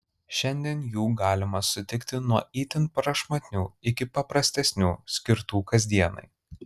šiandien jų galima sutikti nuo itin prašmatnių iki paprastesnių skirtų kasdienai